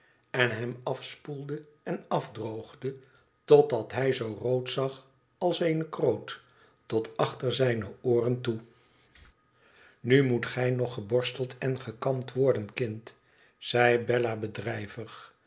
en hem afspoelde en afdroogde totdat hij zoo rood zag als eene kroot tot achter zijne ooren toe tnu moet gij nog geborsteld en gekamd worden kind zei bella bedrijvig